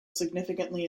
significantly